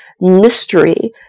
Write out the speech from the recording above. mystery